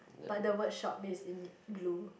but the word shop is in blue